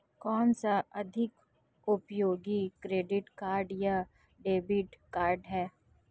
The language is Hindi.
कौनसा अधिक उपयोगी क्रेडिट कार्ड या डेबिट कार्ड है?